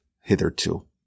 hitherto